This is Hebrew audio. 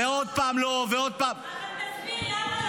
מה עשה יאיר לפיד?